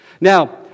Now